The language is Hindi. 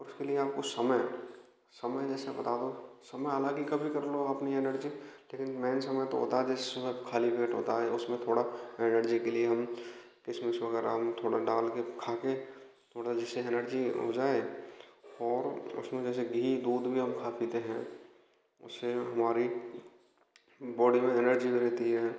उसके लिए आपको समय समय जैसे बता दूँ समय हालांकि कभी कर लो अपनी एनर्जी लेकिन मेन समय तो होता है जिस समय खाली पेट होता है उसमें थोड़ा एनर्जी के लिए हम हम थोड़ा डाल के खा के थोड़ा जिससे एनर्जी हो जाए और उसमें जैसे घी दूध भी हम खा पीते हैं उससे हमारी बौडी में एनर्जी रहती है